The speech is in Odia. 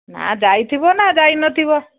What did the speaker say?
ନା ଯାଇଥିବ ନା ଯାଇନଥିବ